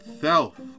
self